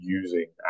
using